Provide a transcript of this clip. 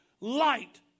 light